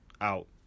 out